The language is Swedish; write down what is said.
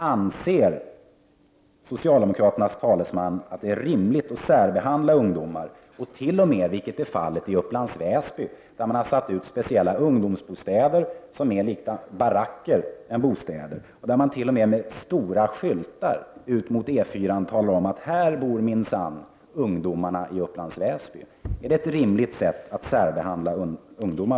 Anser socialdemokraternas talesman att det är rimligt att särbehandla ungdomar? I t.ex. Upplands Väsby har man satt upp speciella ungdomsbostäder som mer liknar baracker än bostäder, och man har där t.o.m. stora skyltar mot E 4 där det står att här bor minsann ungdomarna i Upplands Väsby. Är det ett rimligt sätt att särbehandla ungdomar?